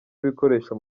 ibikoresho